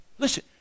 Listen